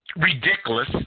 ridiculous